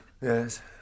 Yes